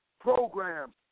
programs